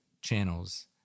channels